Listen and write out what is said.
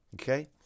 okay